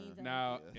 now